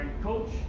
Coach